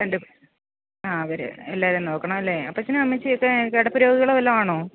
രണ്ട് ആ അവർ എല്ലാവരേയും നോക്കണം അല്ലേ അപ്പച്ചനും അമ്മച്ചിയെക്കെ കിടപ്പ് രോഗികൾ വല്ലതും ആണോ